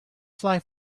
fly